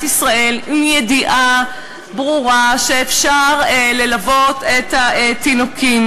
ישראל בידיעה ברורה שאפשר ללוות את התינוקות.